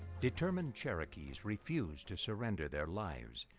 determined cherokees refused to surrender their lives,